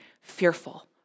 fearful